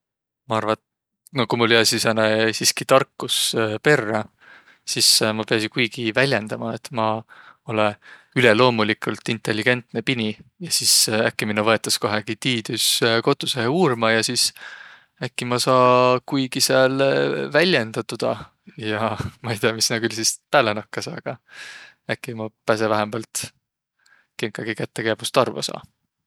Maq arva, et no ku mul jääsiq sääne siski tarkus perrä sis maq piäsiq kuigi väljendämä, et maq olõ üleloomuligult intelligentne pini ja sis äkki minno võetas kohegi tiidüskotussõhõ uurma ja sis äkki maq saa kuigi sääl vä- välendäq toda. Ja maq ei tiiäq, mis näq küll sis pääle nakkasõq, aga äkki maq päse vähämbält kinkagi kätte, kiä must arvo saa